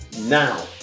now